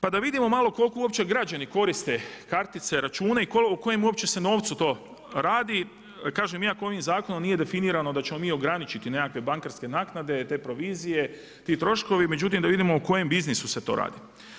Pa da vidimo malo koliko uopće građani koriste kartice, račune i o kojem uopće novcu to radi, kažem iako ovim zakonom nije definirano da ćemo mi ograničenosti nekakve bankarske naknade, te provizije, ti troškovi, međutim da vidimo o kojem biznisu se to radi.